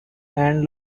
and